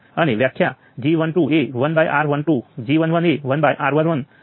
અને આ જે નોડ 1 અને 2 વચ્ચેના કન્ડકટન્સને અનુરૂપ છે તે માઈનસ 1 મિલિસીમેન છે